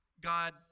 God